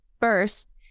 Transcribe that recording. First